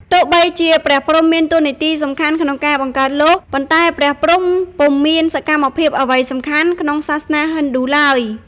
ទោះបីជា ព្រះព្រហ្មមានតួនាទីសំខាន់ក្នុងការបង្កើតលោក ប៉ុន្តែព្រះព្រហ្មពុំមានសកម្មភាពអ្វីសំខាន់ ក្នុងសាសនាហិណ្ឌូឡើយ។